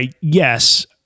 Yes